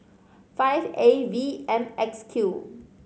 five A V M X Q